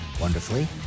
wonderfully